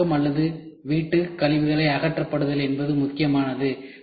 அலுவலகம் அல்லது வீட்டு கழிவுகளை அப்புறப்படுத்துதல் என்பது முக்கியமானது